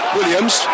Williams